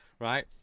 Right